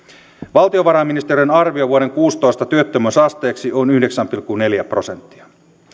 valtiovarainministeriön arvio vuoden kuusitoista työttömyysasteeksi on yhdeksän pilkku neljä prosenttia